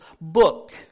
book